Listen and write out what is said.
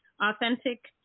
authentic